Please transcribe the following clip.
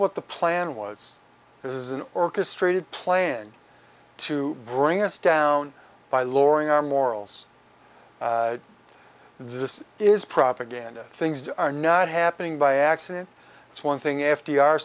what the plan was it was an orchestrated plan to bring us down by lowering our morals this is propaganda things are not happening by accident it's one thing f